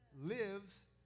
lives